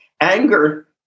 anger